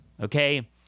okay